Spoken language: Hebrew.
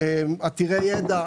מפעלים עתירי ידע,